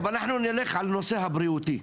אבל אנחנו נלך על הנושא הבריאותי.